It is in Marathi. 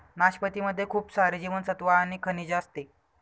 नाशपती मध्ये खूप सारे जीवनसत्त्व आणि खनिज असते